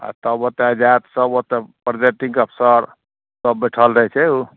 आओर तब ओतए जाएब तब ओतए प्रोजाइडिन्ग अफसर सभ बैठल रहै छै ओ